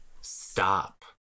Stop